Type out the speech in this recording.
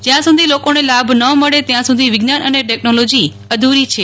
જ્યાં સુધી લોકોને લાભ ન મળે ત્યાં સુધી વિજ્ઞાન અને ટેકનોલોજી અધૂરી છે